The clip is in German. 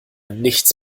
nichts